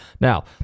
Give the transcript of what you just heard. Now